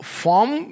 form